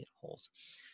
holes